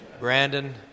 Brandon